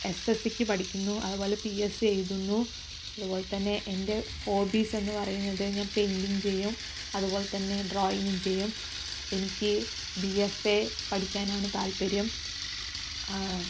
S S സിയ്ക്ക് പഠിക്കുന്നു അതുപോലെ പി എസ് സി എഴുതുന്നു അതുപോലെത്തന്നെ എൻ്റെ ഹോബീസ് എന്നു പറയുന്നത് ഞാൻ പെയിൻറിംഗ് ചെയ്യും അതുപോലെത്തന്നെ ഡ്രോയിങ്ങും ചെയ്യും എനിക്ക് ബി എഫ് എ പഠിക്കാനാണ് താല്പര്യം